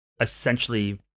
essentially –